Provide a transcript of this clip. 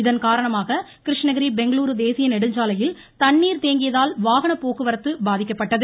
இதன் காரணமாக கிருஷ்ணகிரி பெங்களுரு தேசிய நெடுஞ்சாலையில் தண்ணீர் தேங்கியதால் வாகன போக்குவரத்து பாதிக்கப்பட்டது